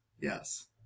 Yes